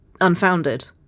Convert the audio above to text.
unfounded